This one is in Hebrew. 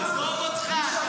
הכול זה מס שפתיים.